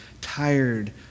tired